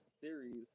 series